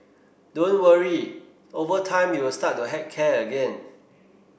don't worry over time you will start to heck care again